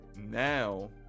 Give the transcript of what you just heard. now